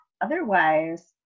otherwise